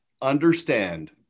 understand